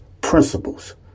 principles